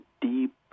deep